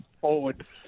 forward